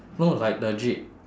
no like legit